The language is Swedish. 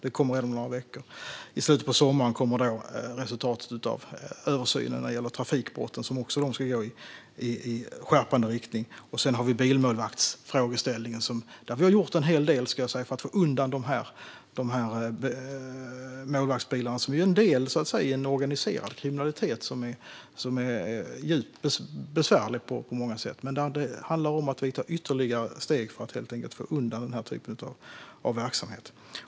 Den kommer alltså om några veckor. I slutet av sommaren kommer resultatet av översynen när det gäller trafikbrotten, och den kommer också att gå i skärpande riktning. Sedan har vi bilmålvaktsfrågeställningen, där vi har gjort en hel del för att få undan målvaktsbilarna som är en del i en organiserad kriminalitet som är djupt besvärlig på många sätt. Det handlar om att vi tar ytterligare steg för att få undan den här typen av verksamhet.